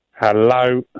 Hello